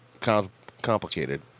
complicated